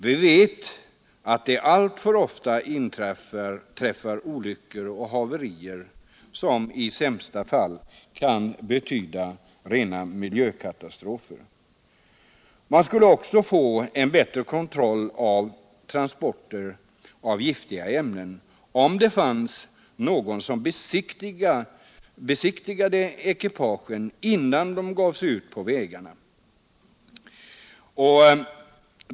Vi vet att det alltför ofta inträffar olyckor och haverier, som i sämsta fall kan betyda rena miljökatastrofer. Man skulle också få en bättre kontroll av transporter av giftiga ämnen om det fanns någon som besiktigade ekipagen innan de gav sig ut på vägarna.